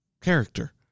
character